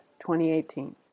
2018